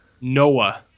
Noah